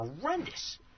horrendous